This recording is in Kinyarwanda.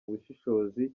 ubushishozi